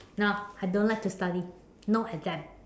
no I don't like to study no exam